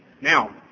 Now